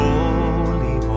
Holy